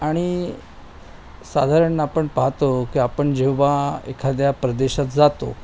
आणि साधारण आपण पाहतो की आपण जेव्हा एखाद्या प्रदेशात जातो